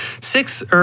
Six